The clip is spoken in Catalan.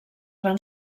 van